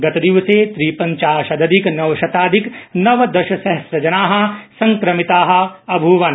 हयः त्रिपञ्चाशदधिकनवशताधिक नवदशसहस्रजना संक्रमिता अभूवन्